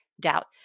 doubt